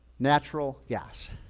natural gas.